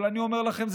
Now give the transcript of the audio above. אבל אני אומר לכם,